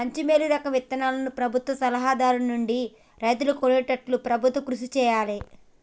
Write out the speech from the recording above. మంచి మేలు రకం విత్తనాలను ప్రభుత్వ సలహా దారుల నుండి రైతులు కొనేట్టు ప్రభుత్వం కృషి చేయాలే